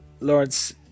Lawrence